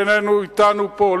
שאיננו אתנו פה,